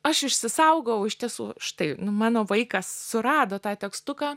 aš išsisaugau iš tiesų štai nu mano vaikas surado tą tekstuką